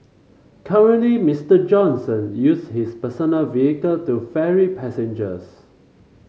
currently Mister Johnson use his personal vehicle to ferry passengers